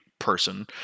Person